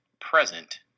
present